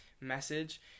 message